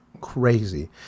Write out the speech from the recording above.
crazy